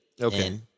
Okay